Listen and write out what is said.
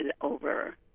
over